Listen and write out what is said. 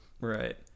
right